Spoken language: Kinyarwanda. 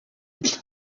amata